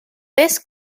this